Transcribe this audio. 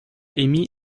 émis